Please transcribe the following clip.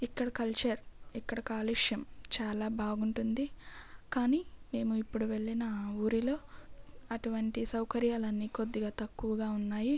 ఇక్కడ కల్చర్ ఇక్కడ కాలుష్యం చాలా బాగుంటుంది కానీ మేము ఇప్పుడు వెళ్ళిన ఆ ఊరిలో అటువంటి సౌకర్యాలన్నీ కొద్దిగా తక్కువగా ఉన్నాయి